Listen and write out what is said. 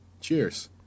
Cheers